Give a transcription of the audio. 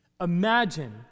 Imagine